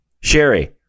Sherry